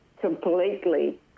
completely